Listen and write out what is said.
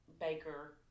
Baker